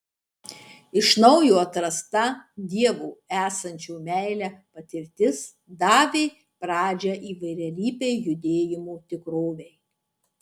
iš naujo atrasta dievo esančio meile patirtis davė pradžią įvairialypei judėjimo tikrovei